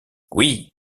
oui